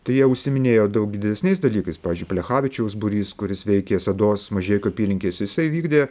tai jie užsiiminėjo daug didesniais dalykais pavyzdžiui plechavičiaus būrys kuris veikė sedos mažeikių apylinkėse jisai vykdė